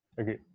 Okay